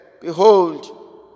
Behold